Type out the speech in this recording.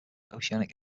oceanic